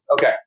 Okay